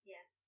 Yes